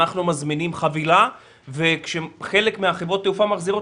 אנחנו מזמינים חבילה וכשחלק מחברות התעופה מחזירות